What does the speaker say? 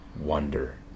wonder